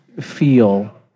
feel